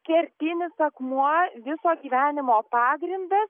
kertinis akmuo viso gyvenimo pagrindas